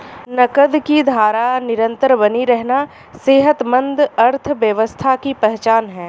नकद की धारा निरंतर बनी रहना सेहतमंद अर्थव्यवस्था की पहचान है